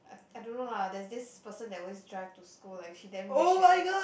I I don't know lah there is this person that always drive to school like he damn rich like that